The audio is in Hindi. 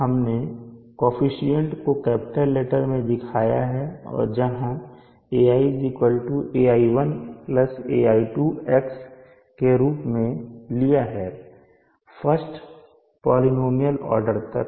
हमने कोअफिशन्ट को कैपिटल लेटर में दिखाया है जहां Ai ai1 ai2 x के रूप में लिया है फर्स्ट पॉलिनॉमियल ऑर्डर तक